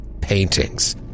paintings